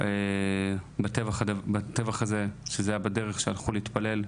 בטווח הזה שזה היה בדרך כשהלכו להתפלל.